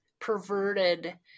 perverted